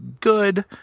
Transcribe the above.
good